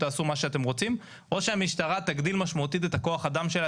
תעשו מה שאתם רוצים' או שהמשטרה תגדיל משמעותית את כח האדם שלה,